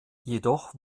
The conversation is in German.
jedoch